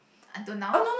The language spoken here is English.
until now